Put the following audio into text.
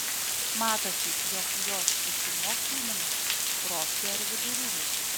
matosi jog jos išsimokslinimas profkė ar vidurinis